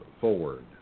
forward